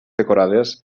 decorades